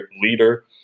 leader